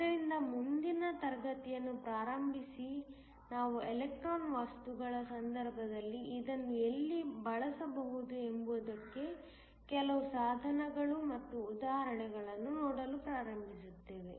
ಆದ್ದರಿಂದ ಮುಂದಿನ ತರಗತಿಯನ್ನು ಪ್ರಾರಂಭಿಸಿ ನಾವು ಎಲೆಕ್ಟ್ರಾನಿಕ್ ವಸ್ತುಗಳ ಸಂದರ್ಭದಲ್ಲಿ ಇದನ್ನು ಎಲ್ಲಿ ಬಳಸಬಹುದು ಎಂಬುದಕ್ಕೆ ಕೆಲವು ಸಾಧನಗಳು ಮತ್ತು ಉದಾಹರಣೆಗಳನ್ನು ನೋಡಲು ಪ್ರಾರಂಭಿಸುತ್ತೇವೆ